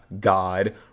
god